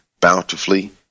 bountifully